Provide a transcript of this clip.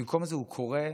במקום זה הוא קורא,